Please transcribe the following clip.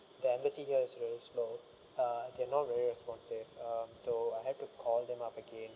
the embassy here is very slow uh they're not very responsive um so I have to call them up again